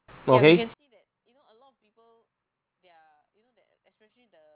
okay